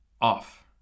off